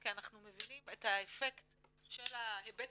כי אנחנו מבינים את האפקט של ההיבט